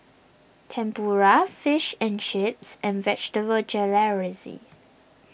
Tempura Fish and Chips and Vegetable Jalfrezi